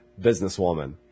businesswoman